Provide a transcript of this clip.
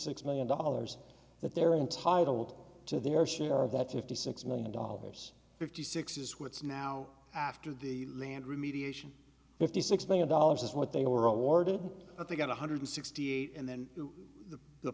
six million dollars that they're entitled to their share of that fifty six million dollars fifty six is what's now after the land remediation fifty six million dollars is what they were awarded at the going to hundred sixty eight and then the